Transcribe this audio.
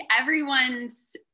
everyone's